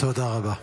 תודה רבה.